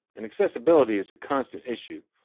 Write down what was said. and accessibility is a constant issue.